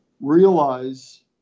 realize